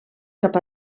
cap